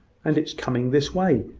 and it is coming this way,